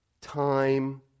time